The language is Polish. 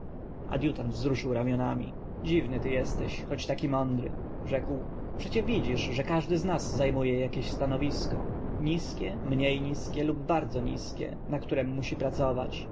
adjutant wzruszył ramionami dziwny ty jesteś choć tak mądry rzekł przecie widzisz że każdy z nas zajmuje jakieś stanowisko niskie mniej niskie lub bardziej niskie na którem musi pracować